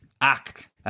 Act